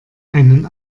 einen